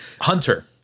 Hunter